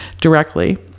directly